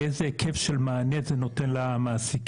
לאיזה היקף של מענה זה נותן למעסיקים,